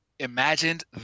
imagined